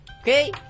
okay